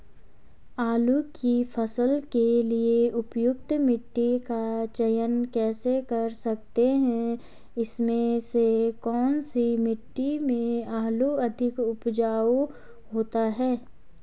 आलू की फसल के लिए उपयुक्त मिट्टी का चयन कैसे कर सकते हैं इसमें से कौन सी मिट्टी में आलू अधिक उपजाऊ होता है?